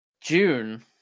June